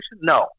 No